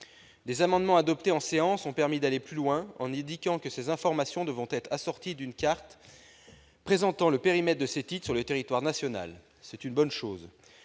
à l'Assemblée nationale ont permis d'aller plus loin, en indiquant que ces informations devront être assorties d'une carte présentant le périmètre de ces titres sur le territoire national. C'est une bonne chose.